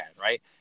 Right